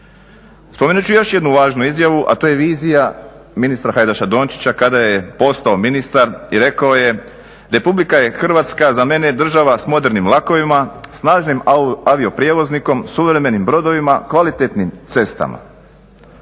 Spomenut ću još jednu važnu izjavu, a to je vizija ministra Hajdaša Dončića kada je postao ministar i rekao je: "Republika je Hrvatska za mene država s modernim vlakovima, snažnim avio-prijevoznikom, suvremenim brodovima, kvalitetnim cestama".